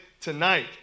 tonight